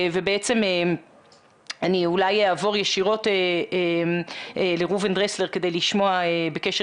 אני אעבור ישירות לראובן דרסלר כדי לשמוע בקשר